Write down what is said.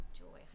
joy